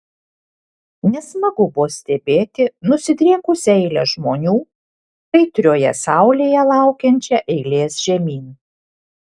nesmagu buvo stebėti nusidriekusią eilę žmonių kaitrioje saulėje laukiančią eilės žemyn